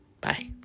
Bye